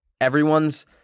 everyone's